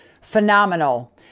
Phenomenal